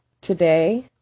Today